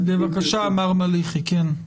בבקשה, מר מליחי, כן.